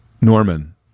Norman